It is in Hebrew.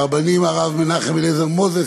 הרבנים מנחם אליעזר מוזס,